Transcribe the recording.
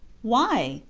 why?